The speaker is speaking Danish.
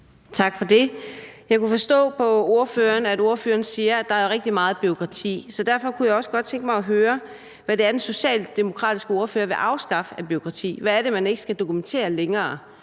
Tak for det. Jeg kunne forstå på ordføreren, at ordføreren siger, at der er rigtig meget bureaukrati. Derfor kunne jeg også godt tænke mig at høre, hvad det er, den socialdemokratiske ordfører vil afskaffe af bureaukrati. Hvad er det, man ikke længere skal dokumentere?